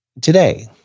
Today